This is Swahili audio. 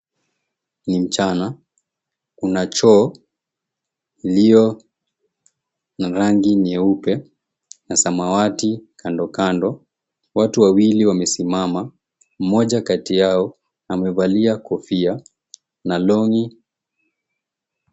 Ni mchana kuna choo iliyo na rangi nyeupe na samawati kandokando, watu wawili wamesimama mmoja kati yao amevalia kofia na longi.